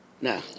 No